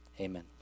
Amen